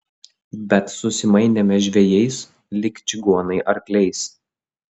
bet susimainėme žvejais lyg čigonai arkliais